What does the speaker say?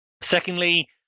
secondly